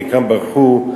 חלקם ברחו,